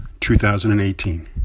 2018